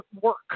work